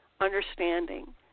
understanding